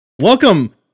welcome